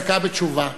מזכה בתשובה.